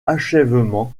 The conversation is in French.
achèvement